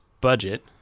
budget